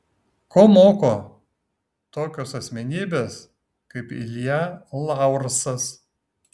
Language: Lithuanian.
ko moko tokios asmenybės kaip ilja laursas